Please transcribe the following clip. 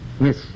Yes